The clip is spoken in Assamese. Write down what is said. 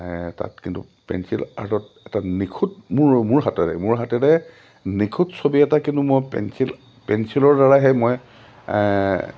তাত কিন্তু পেঞ্চিল আৰ্টত এটা নিখুঁত মোৰ মোৰ হাতেৰে মোৰ হাতেৰে নিখুঁত ছবি এটা কিন্তু মই পেঞ্চিল পেঞ্চিলৰ দ্বাৰাহে মই